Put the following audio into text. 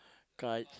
kites